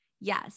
Yes